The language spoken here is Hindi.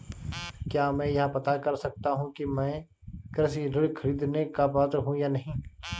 क्या मैं यह पता कर सकता हूँ कि मैं कृषि ऋण ख़रीदने का पात्र हूँ या नहीं?